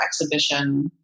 exhibition